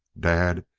dad,